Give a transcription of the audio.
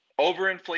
Overinflated